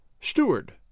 Steward